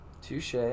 Touche